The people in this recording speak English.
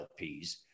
lps